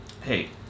hey